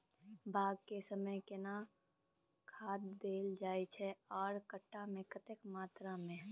बाग के समय केना खाद देल जाय आर कट्ठा मे कतेक मात्रा मे?